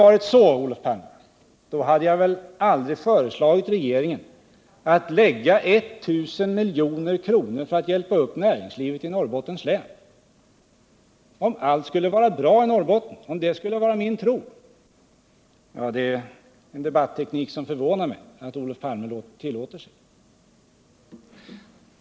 Nej, Olof Palme, jag hade väl aldrig föreslagit regeringen att lägga ned 1 000 milj.kr. för att hjälpa upp näringslivet i Norrbottens län, om det hade varit min tro att allt skulle vara bra i Norrbotten. Det förvånar mig att Olof Palme tillåter sig att använda en sådan debatteknik.